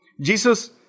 Jesus